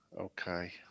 Okay